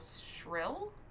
shrill